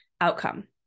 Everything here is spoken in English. outcome